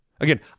again